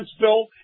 bill